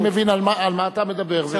אני מבין על מה אתה מדבר.